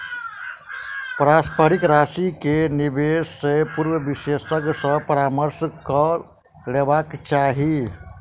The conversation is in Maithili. पारस्परिक राशि के निवेश से पूर्व विशेषज्ञ सॅ परामर्श कअ लेबाक चाही